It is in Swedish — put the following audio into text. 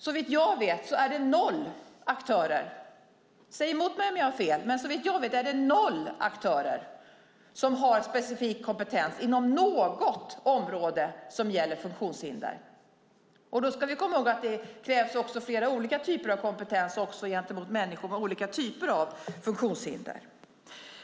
Såvitt jag vet är det noll aktörer - säg emot mig om jag har fel - som har specifik kompetens inom något område som gäller funktionshinder. Då ska vi komma ihåg att det också krävs flera olika typer av kompetens gentemot människor med olika typer av funktionshinder.